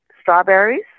strawberries